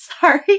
sorry